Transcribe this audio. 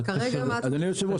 אדוני היושב-ראש,